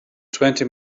twenty